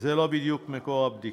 וזה לא בדיוק מקור הבדיקה,